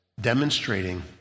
demonstrating